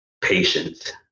patience